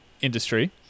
industry